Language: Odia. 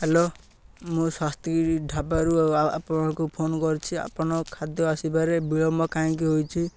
ହ୍ୟାଲୋ ମୁଁ ସ୍ୱାସ୍ତି ଢାବାରୁ ଆପଣଙ୍କୁ ଫୋନ କରିଛି ଆପଣ ଖାଦ୍ୟ ଆସିବାରେ ବିଳମ୍ବ କାହିଁକି ହୋଇଛି